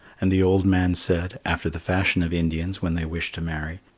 and the old man said, after the fashion of indians when they wish to marry,